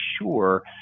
sure